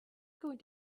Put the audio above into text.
going